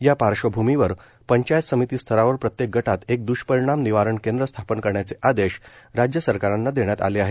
या पार्श्वभूमीवर पंचायत समिती स्तरावर प्रत्येक गटात एक द्ष्परिणाम निवारण केंद्र स्थापन करण्याचे आदेश राज्य सरकारांना देण्यात आले आहेत